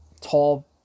tall